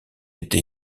été